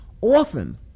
often